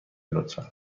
لطفا